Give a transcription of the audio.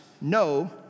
no